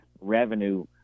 revenue